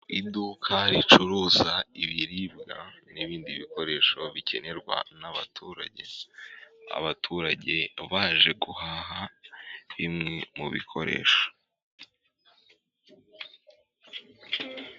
Iduka ricuruza ibiribwa n'ibindi bikoresho bikenerwa n'abaturage. Abaturage baje guhaha bimwe mu bikoresho.